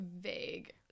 vague